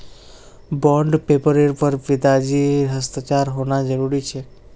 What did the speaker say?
bond पेपरेर पर पिताजीर हस्ताक्षर होना जरूरी छेक